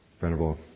Venerable